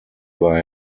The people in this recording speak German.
war